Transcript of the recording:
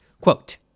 quote